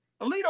Alito